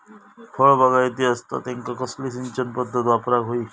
फळबागायती असता त्यांका कसली सिंचन पदधत वापराक होई?